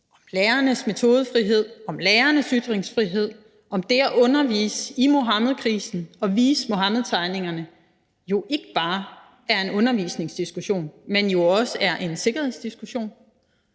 om lærernes metodefrihed, om lærernes ytringsfrihed, om det at undervise i Muhammedkrisen og vise Muhammedtegningerne ikke bare er en undervisningsdiskussion, men også en sikkerhedsdiskussion,